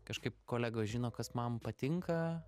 kažkaip kolegos žino kas man patinka